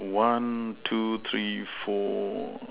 one two three four